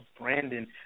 Brandon